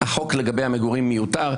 החוק לגבי המגורים מיותר.